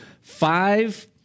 five